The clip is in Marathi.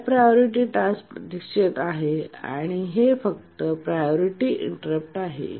हाय प्रायोरिटी टास्क प्रतीक्षेत आहे आणि हे फक्त प्रायोरिटी इंटररप्ट आहे